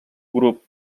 grup